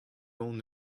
aon